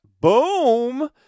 Boom